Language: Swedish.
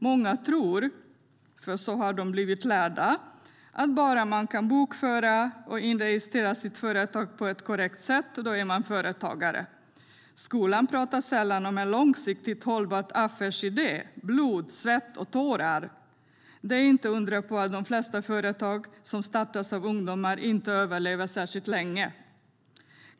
Många tror - för så har de blivit lärda - att man är företagare bara man kan bokföra och registrera sitt företag på ett korrekt sätt. Skolan pratar sällan om en långsiktigt hållbar affärsidé, blod, svett och tårar. Inte undra på att de flesta företag som startas av ungdomar inte överlever särskilt länge.